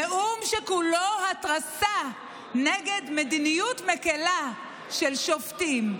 נאום שכולו התרסה נגד מדיניות מקילה של שופטים,